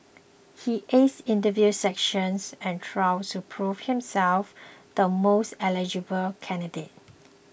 he aced interview sessions and trials to prove himself the most eligible candidate